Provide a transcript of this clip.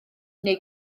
neu